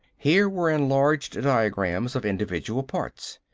here were enlarged diagrams of individual parts.